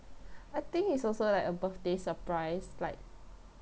I think it's also like a birthday surprise like